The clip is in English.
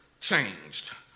changed